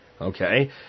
Okay